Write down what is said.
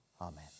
Amen